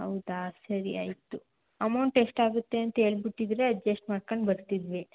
ಹೌದಾ ಸರಿ ಆಯಿತು ಅಮೌಂಟ್ ಎಷ್ಟಾಗುತ್ತೆ ಅಂತ ಹೇಳ್ಬಿಟ್ಟಿದ್ರೆ ಅಜ್ಜೆಸ್ಟ್ ಮಾಡ್ಕೊಂಡ್ ಬರುತಿದ್ವಿ